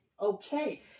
okay